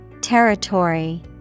Territory